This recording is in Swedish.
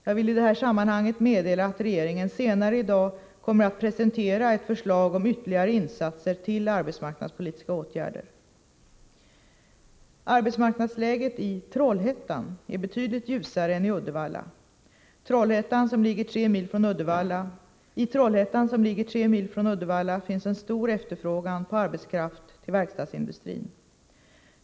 Jag vill i det här sammanhanget meddela att regeringen senare i dag kommer att presentera ett förslag om ytterligare insatser till arbetsmarknadspolitiska åtgärder. Arbetsmarknadsläget i Trollhättan är betydligt ljusare än i Uddevalla. I Trollhättan, som ligger tre mil från Uddevalla, finns en stor efterfrågan på arbetskraft till verkstadsindustrin.